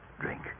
drink